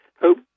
hope